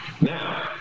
Now